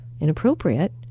inappropriate